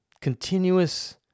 continuous